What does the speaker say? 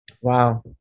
Wow